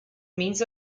means